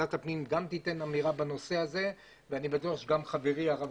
ועדת הפנים תיתן אמירה בנושא הזה ואני בטוח שגם חברי הרב